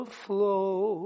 flow